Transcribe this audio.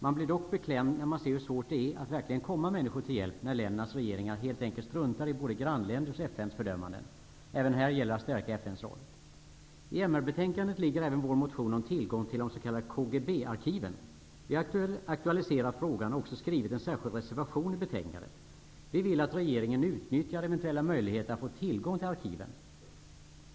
Man blir dock beklämd när man ser hur svårt det är att verkligen komma människor till hjälp när ländernas regeringar helt enkelt struntar i både grannländers och FN:s fördömanden. Även här gäller det att stärka FN:s roll. I MR-betänkandet behandlas även vår motion om tillgång till KGB-arkiven. Vi har aktualiserat frågan och också avgivit en särskild reservation till betänkandet. Vi vill att regeringen utnyttjar eventuella möjligheter att få tillgång till arkiven.